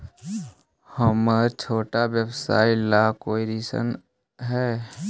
हमर छोटा व्यवसाय ला कोई ऋण हई?